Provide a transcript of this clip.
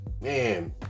man